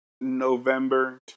November